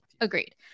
Agreed